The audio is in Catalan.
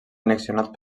annexionat